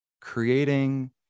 creating